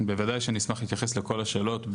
בוודאי שנשמח להתייחס לכל השאלות,